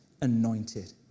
anointed